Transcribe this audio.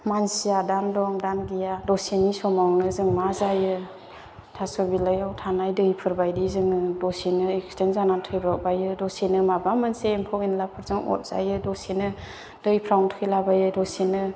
मानसिया दानो दं दानो गैया दसेनि समावनो जों मा जायो थास' बिलाइआव थानाय दैफोरबायदि जोङो दसेनो एक्सिदेन्थ जानानै थैब्रबबायो दसेनो माबा मोनसे एम्फौ एनलाफोरजों अरजायो दसेनो दैफ्रावनो थैलाबायो दसेनो